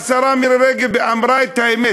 והשרה מירי רגב אמרה את האמת.